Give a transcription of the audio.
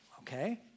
okay